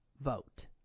vote